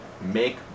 make